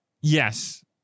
yes